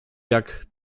jak